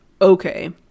okay